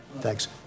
thanks